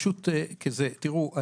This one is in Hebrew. תראו,